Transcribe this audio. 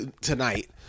tonight